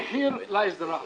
המחיר לאזרח